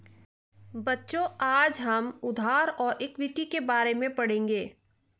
बच्चों आज हम उधार और इक्विटी के बारे में पढ़ेंगे